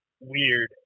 weird